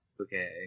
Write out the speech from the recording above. Okay